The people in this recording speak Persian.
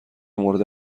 مورد